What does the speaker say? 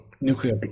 nuclear